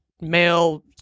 male